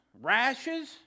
rashes